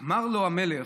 אמר לו המלך,